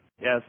Yes